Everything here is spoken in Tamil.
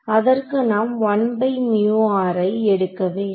அதற்கு நாம் ஐ எடுக்க வேண்டும்